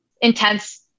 intense